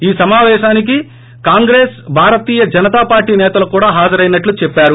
ఈ సమాపేశానికి కాంగ్రెస్ భారతీయ జనతా పార్టీ నేతలు కూడా హాజరైనట్లు చెప్పారు